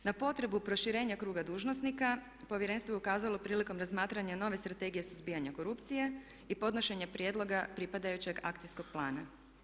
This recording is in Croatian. Na potrebu proširenja kruga dužnosnika Povjerenstvo je ukazalo prilikom razmatranja nove Strategije suzbijanja korupcije i podnošenje prijedloga pripadajućeg akcijskog plana.